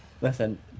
Listen